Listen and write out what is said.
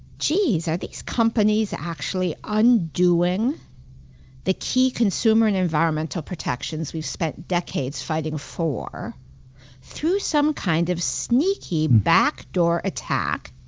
geez, are these companies actually undoing the key consumer and environmental protections we've spent decades fighting for through some kind of sneaky, backdoor attack,